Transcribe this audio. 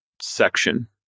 section